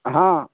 हाँ